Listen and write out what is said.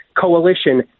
coalition